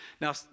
Now